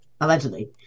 allegedly